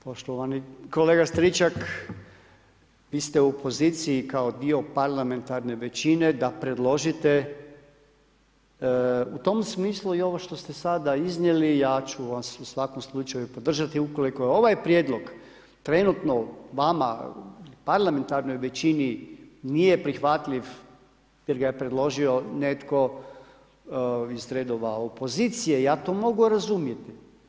poštovani kolega Stričak, vi ste u poziciji kao dio parlamentarne većine da predložite u tom smislu i ovo što ste sada iznijeli, ja ću vas u svakom slučaju podržati, ukoliko je ovaj prijedlog trenutno vama, parlamentarnoj većini nije prihvatljiv jer ga je predložio netko iz redova opozicije, ja to mogu razumjeti.